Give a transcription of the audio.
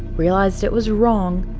realized it was wrong,